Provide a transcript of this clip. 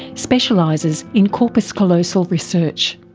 specialises in corpus callosal research.